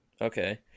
Okay